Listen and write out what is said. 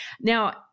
Now